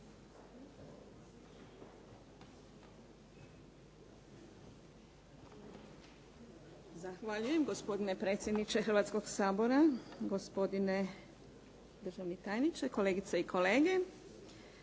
Zahvaljujem gospodine predsjedniče Hrvatskog sabora, gospodine državni tajniče, kolegice i kolege.